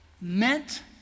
meant